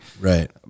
right